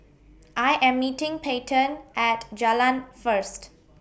I Am meeting Peyton At Jalan First